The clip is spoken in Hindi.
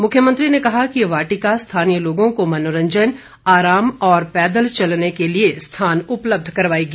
मुख्यमंत्री ने कहा कि ये वाटिका स्थानीय लोगों को मनोरंजन आराम और पैदल चलने के लिए स्थान उपलब्ध करवाएगी